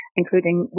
including